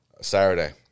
Saturday